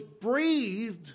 breathed